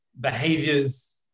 behaviors